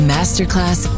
Masterclass